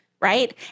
right